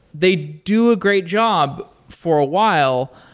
they do a great job for a while,